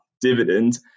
dividend